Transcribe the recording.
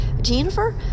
Jennifer